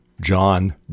John